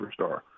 superstar